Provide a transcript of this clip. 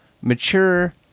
mature